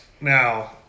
Now